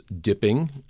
dipping